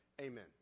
Amen